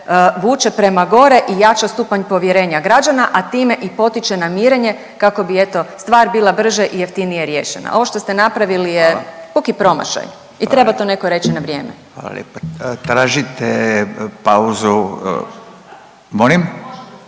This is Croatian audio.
vuče prema gore i jača stupanj povjerenja građana, a time i potiče na mirenje kako bi eto, stvar bila brže i jeftinije riješena. Ovo što ste napravili je… .../Upadica: Hvala. Hvala lijepa./... … puki